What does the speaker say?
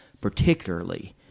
particularly